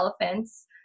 elephants